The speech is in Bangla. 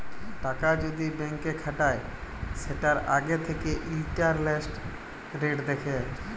টাকা যদি ব্যাংকে খাটায় সেটার আগে থাকে ইন্টারেস্ট রেট দেখে